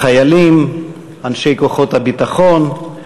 חיילים, אנשי כוחות הביטחון,